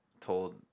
told